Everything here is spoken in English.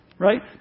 Right